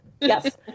Yes